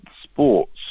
sports